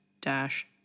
dash